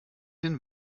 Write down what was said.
den